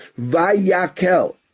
Vayakel